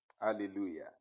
Hallelujah